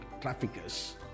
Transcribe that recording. traffickers